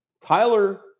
Tyler